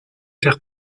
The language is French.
faire